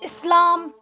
اِسلام